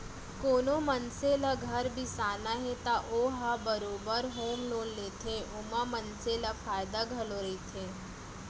कोनो मनसे ल घर बिसाना हे त ओ ह बरोबर होम लोन लेथे ओमा मनसे ल फायदा घलौ रहिथे